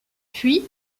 puis